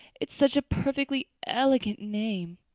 it's such a perfectly elegant name.